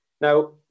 Now